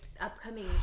upcoming